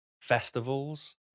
festivals